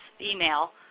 email